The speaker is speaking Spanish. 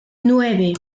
nueve